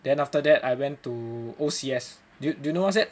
then after that I went to O_C_S do you do you know what's that